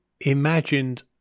imagined